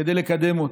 כדי לקדם אותו,